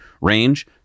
range